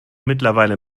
mittlerweile